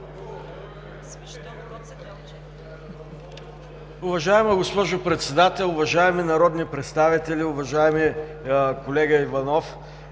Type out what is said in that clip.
Уважаема госпожо Председател, уважаеми народни представители, уважаеми колега Иванов!